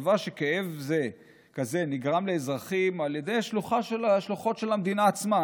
המחשבה שכאב כזה נגרם לאזרחים על ידי שלוחות של המדינה עצמה,